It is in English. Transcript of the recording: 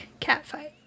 catfight